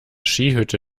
skihütte